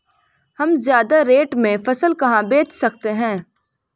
हम ज्यादा रेट में फसल कहाँ बेच सकते हैं?